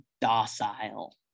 docile